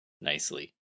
nicely